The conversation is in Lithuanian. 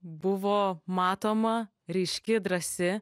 buvo matoma ryški drąsi